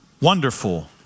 Wonderful